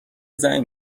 زنگ